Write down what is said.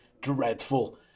dreadful